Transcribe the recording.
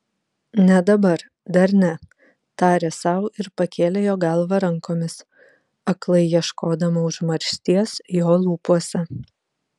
ne dabar dar ne tarė sau ir pakėlė jo galvą rankomis aklai ieškodama užmaršties jo lūpose